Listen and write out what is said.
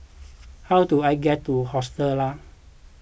how do I get to Hostel Lah